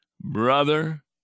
Brother